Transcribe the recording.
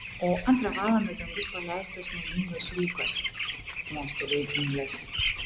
o antrą valandą ten bus paleistas nuodingas rūkas mosteliu į džiungles